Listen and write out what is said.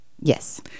yes